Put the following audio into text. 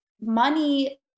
money